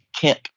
camp